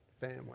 family